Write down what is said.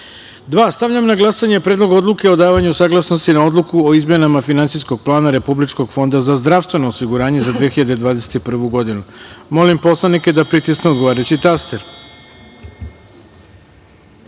Stavljam na glasanje Predlog odluke o davanju saglasnosti na Odluku o izmenama Finansijskog plana Republičkog fonda za zdravstveno osiguranje za 2021. godinu. Molim narodne poslanike da pritisnu odgovarajući